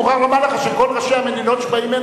אני מוכרח לומר לך שכל ראשי המדינות שבאים הנה